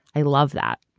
i love that.